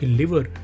liver